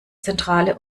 zentrale